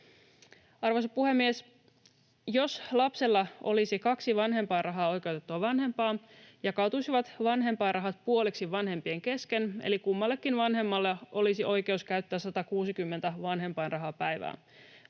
Arvoisa puhemies! Jos lapsella olisi kaksi vanhempainrahaan oikeutettua vanhempaa, jakautuisivat vanhempainrahat puoliksi vanhempien kesken, eli kummallakin vanhemmalla olisi oikeus käyttää 160 vanhempainrahapäivää.